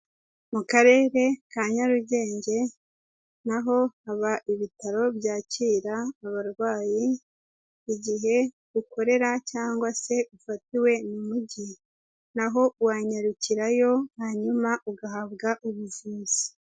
Mu karere ka Nyarugenge naho haba ibitaro byakira abarwayi, igihe ukorera cyangwa se ufatiwe mu mujyi, naho wanyarukirayo hanyuma ugahabwa ubuvuzi.